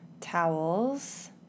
Towels